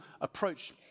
approach